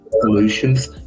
solutions